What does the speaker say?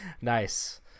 Nice